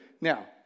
Now